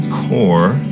core